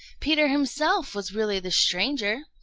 peter himself was really the stranger.